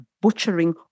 butchering